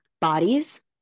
bodies